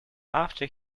after